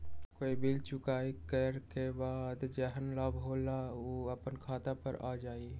कोई बिल चुकाई करे के बाद जेहन लाभ होल उ अपने खाता पर आ जाई?